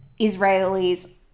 Israelis